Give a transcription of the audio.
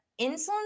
insulin